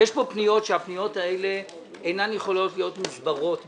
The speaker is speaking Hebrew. יש פה פניות שאינן יכולות להיות מוסברות בוועדה,